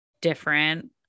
different